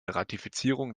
ratifizierung